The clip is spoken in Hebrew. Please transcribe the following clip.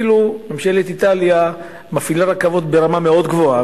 ממשלת איטליה מפעילה רכבות ברמה מאוד גבוהה,